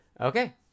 Okay